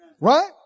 Right